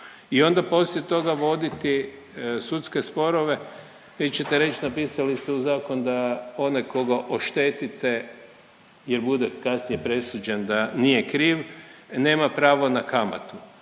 i onda poslije toga voditi sudske sporove. Vi ćete reć napisali ste u zakon da onaj koga oštetite jel bude kasnije presuđen da nije kriv nema pravo na kamatu.